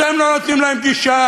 אתם לא נותנים להם גישה,